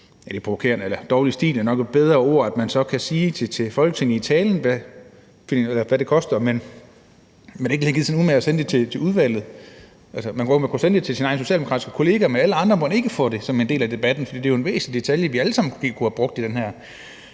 forslaget koster, så man kunne sige det til Folketinget i sin tale. Men man har ikke gidet gøre sig umage med at sende det til udvalget. Man kunne sende det til sin egen socialdemokratiske kollega, men alle andre måtte ikke få det til brug for debatten, selv om det er en væsentlig detalje, vi alle sammen kunne have brugt i den her